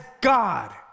God